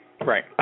Right